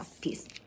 Peace